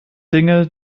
dinge